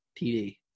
TD